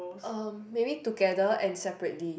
um maybe together and separately